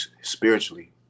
spiritually